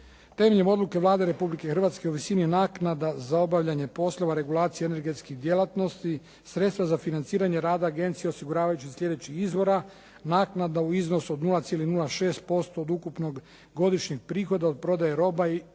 Temeljem odluke Vlade Republike Hrvatske u visini naknada za obavljanje poslova regulacije energetskih djelatnosti sredstva za financiranje rada agencije osiguravajući iz sljedećih izvora, naknada u iznosu od 0,06% od ukupnog godišnjeg prihoda od prodaje roba i/ili